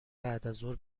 بعدازظهر